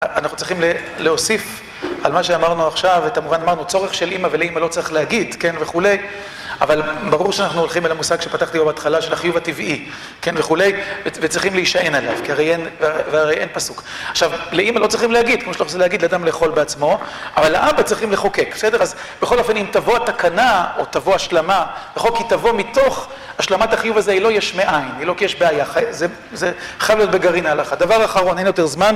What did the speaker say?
אנחנו צריכים להוסיף על מה שאמרנו עכשיו את המובן מה שאמרנו הוא הצורך של אמא ולאמא לא צריך להגיד כן וכולי אבל ברור שאנחנו הולכים אל המושג שפתחתי לו בהתחלה של החיוב הטבעי, כן וכולי, וצריכים להישען עליו כי הרי אין פסוק עכשיו לאמא לא צריכים להגיד כמו שלא חושבים להגיד לאדם לאכול בעצמו אבל לאבא צריכים לחוקק בסדר? אז בכל אופן אם תבוא התקנה או תבוא השלמה בכל כל כי תבוא מתוך השלמת החיוב הזה היא לא יש מאין היא לא כי יש בעיה זה חייב להיות בגרעין ההלכה. דבר אחרון אין יותר זמן